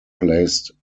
placed